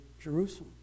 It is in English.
Jerusalem